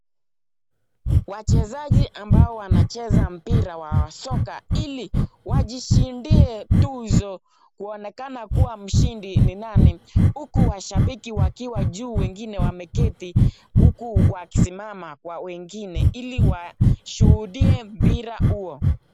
Wachezaji ambao wanacheza mpira wa soka ili wajishindie tuzo kuonekana mshindi ni nani. Huku washabiki wakiwa juu wengine wameketi, huku wamesimama wengine ili washuhudie mpira huo.